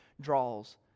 draws